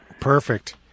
Perfect